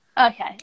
Okay